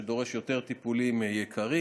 שדורש יותר טיפולים יקרים,